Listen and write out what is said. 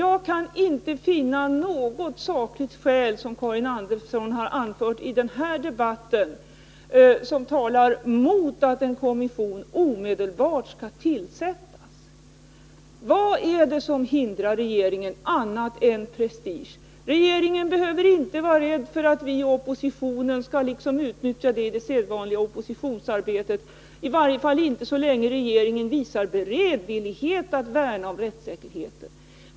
Jag kan inte finna att Karin Andersson i den här debatten har anfört något sakligt skäl som talar mot att en kommission omedelbart skall tillsättas. Vad är det som hindrar regeringen annat än prestige? Regeringen behöver inte vara rädd för att vi i oppositionen skall utnyttja det här i det sedvanliga oppositionsarbetet, i varje fall inte så länge regeringen visar beredvillighet när det gäller att värna om rättssäkerheten.